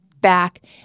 back